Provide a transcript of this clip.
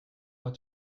mois